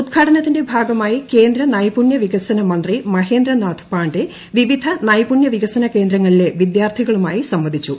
ഉദ്ഘാടനത്തിന്റെ ഭാഗമായി കേന്ദ്ര നൈപുണ്യ വികസന മന്ത്രി മഹേന്ദ്രനാഥ് പാണ്ഡേ വിവിധ നൈപുണ്യ വികസന കേന്ദ്രങ്ങളിലെ വിദ്യാർത്ഥികളുമായി സംവദിച്ചു